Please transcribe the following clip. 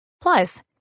Plus